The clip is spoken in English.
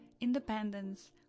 independence